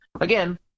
again